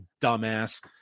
dumbass